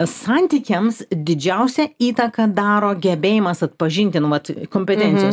santykiams didžiausią įtaką daro gebėjimas atpažinti nu vat kompetencijos